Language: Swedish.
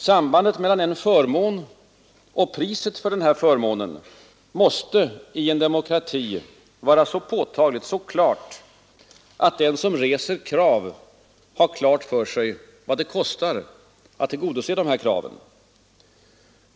Sambandet mellan en förmån och priset för denna förmån måste i en demokrati vara så påtagligt och klart att den som reser krav har klart för sig vad det kostar att tillgodose kraven.